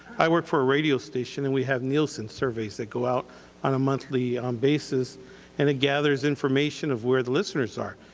i work for radio station and we have nielsen surveys that go out on a monthly basis and it gathers information of where the listeners are.